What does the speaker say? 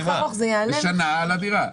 בשנה על הדירה.